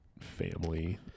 family